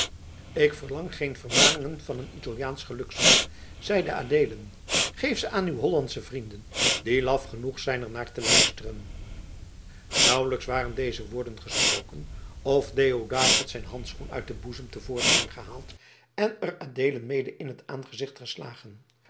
ik verlang geen vermaningen van een italiaanschen gelukzoeker zeide adeelen geef ze aan uw hollandsche vrienden die laf genoeg zijn er naar te luisteren nauwelijks waren deze woorden gesproken of deodaat had zijn handschoen uit den boezem te voorschijn gehaald en er adeelen mede in t aangezicht geslagen